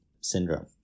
syndrome